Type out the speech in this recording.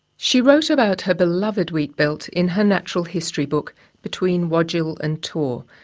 she wrote about her beloved wheatbelt in her natural history book between wodjil and tor,